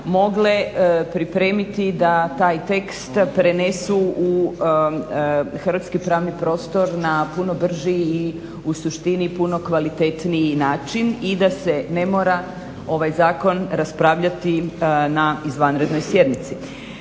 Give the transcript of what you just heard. mogle pripremiti da taj tekst prenesu u hrvatski pravni prostor na puno brži i u suštini puno kvalitetniji način i da se ne mora ovaj zakon raspravljati na izvanrednoj sjednici.